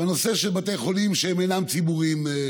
בנושא של בתי חולים שאינם ציבוריים,